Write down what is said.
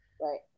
Right